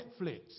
Netflix